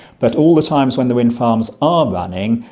but all the times when the wind farms are running,